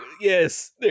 Yes